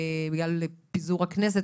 בגלל פיזור הכנסת,